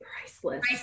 priceless